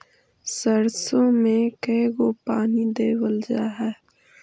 सरसों में के गो पानी देबल जा है?